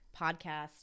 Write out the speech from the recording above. podcast